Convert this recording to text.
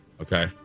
Okay